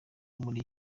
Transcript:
muri